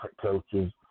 coaches